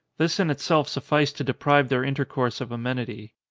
this in itself sufficed to deprive their intercourse of amenity.